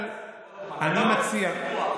אבל אני מציע, אתה רוצה סיפוח.